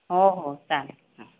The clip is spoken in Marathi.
हो हो चालेल हां